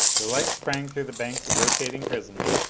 the light sprang through the banks of rotating prisms,